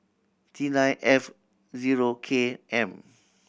T nine F zero K M